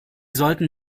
sollten